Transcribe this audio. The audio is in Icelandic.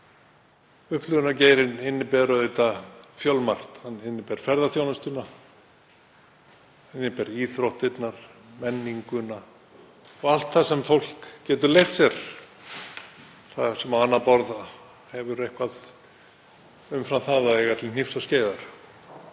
Upplifunargeirinn inniber auðvitað fjölmargt; ferðaþjónustuna, íþróttirnar, menninguna og allt það sem fólk getur leyft sér, það sem á annað borð hefur eitthvað umfram það að eiga til hnífs og skeiðar.